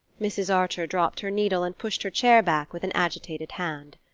mrs. archer dropped her needle and pushed her chair back with an agitated hand.